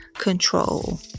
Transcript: control